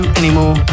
anymore